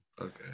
Okay